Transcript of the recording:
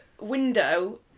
window